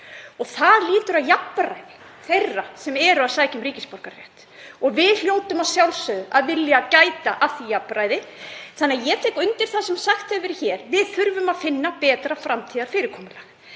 Það lýtur að jafnræði þeirra sem eru að sækja um ríkisborgararétt. Við hljótum að sjálfsögðu að vilja gæta að því jafnræði þannig að ég tek undir það sem sagt hefur verið hér, við þurfum að finna betra framtíðarfyrirkomulag.